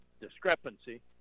discrepancy